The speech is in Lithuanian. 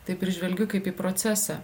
taip ir žvelgiu kaip į procesą